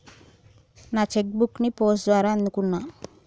నా cheque book ని post ద్వారా అందుకున్నా